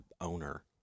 owner